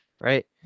right